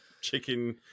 chicken